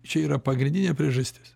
čia yra pagrindinė priežastis